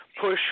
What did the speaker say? push